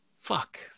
Fuck